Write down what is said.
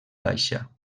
baixa